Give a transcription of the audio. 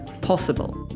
possible